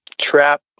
trap